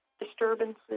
disturbances